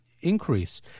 increase